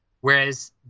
Whereas